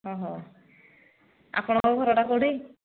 ଓହୋ ଆପଣଙ୍କ ଘରଟା କୋଉଠି